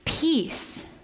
peace